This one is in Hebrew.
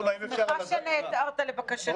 שמחה שנעתרת לבקשתי.